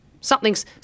Something's